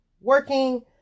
working